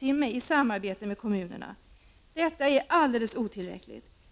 TWh i samarbete med kommunerna. Detta är alldeles otillräckligt.